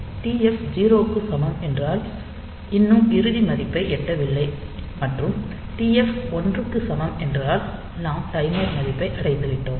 TF 0 க்கு சமம் என்றால் இன்னும் இறுதி மதிப்பை எட்டவில்லை மற்றும் TF 1 க்கு சமம் என்றால் நாம் டைமர் மதிப்பை அடைந்துவிட்டோம்